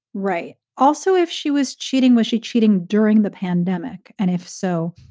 right. also, if she was cheating, was she cheating during the pandemic? and if so,